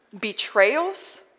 betrayals